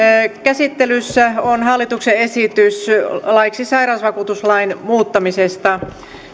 käsittelyssä on hallituksen esitys laiksi sairausvakuutuslain muuttamisesta